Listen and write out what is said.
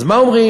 אז מה אומרים?